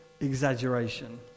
exaggeration